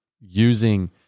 using